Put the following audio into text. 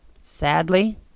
sadly